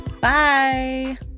bye